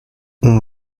اون